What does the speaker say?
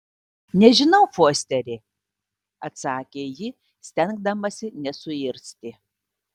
nežinau fosteri atsakė ji stengdamasi nesuirzti